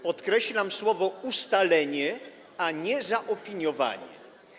Podkreślam słowo: ustalenie, a nie: zaopiniowanie.